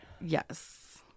Yes